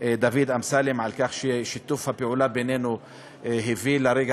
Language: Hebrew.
דוד אמסלם על כך ששיתוף הפעולה בינינו הביא לרגע